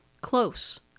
Close